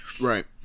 right